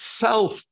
self